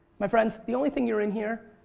my friends, the only thing you're in here,